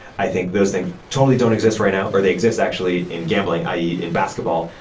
i think those things totally don't exist right now or they exist actually in gambling, i e. in basketball.